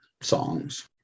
songs